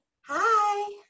Hi